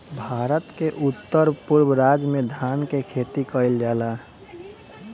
भारत के उत्तर पूरब राज में धान के खेती कईल जाला